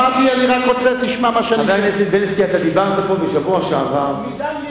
אתה דיברת פה בשבוע שעבר, מדם לבי.